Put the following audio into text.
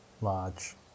large